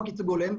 חוק ייצוג הולם,